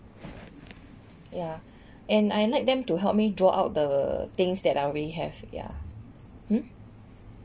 yeah and I like them to help me draw out the things that I already have ya mmhmm